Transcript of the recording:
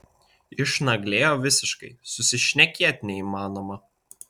išnaglėjo visiškai susišnekėt neįmanoma